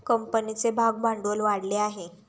कंपनीचे भागभांडवल वाढले आहे